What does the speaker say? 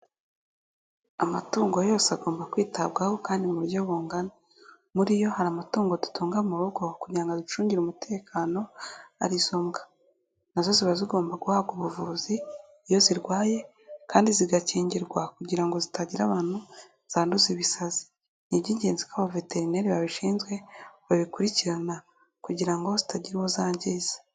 Amatungo yose agomba kwitabwaho kandi mu buryo bungana. Muri yo hari amatungo dutunga mu rugo kugira ngo aducungire umutekano, arizo mbwa. Nazo ziba zigomba guhabwa ubuvuzi iyo zirwaye kandi zigakingirwa kugira ngo zitagira abantu zanduza ibisazi. Ni iby'ingenzi ko abaveterineri babishinzwe babikurikirana kugira ngo hatagira uwo zangiza.